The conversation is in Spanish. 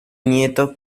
nieto